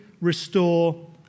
restore